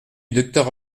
docteur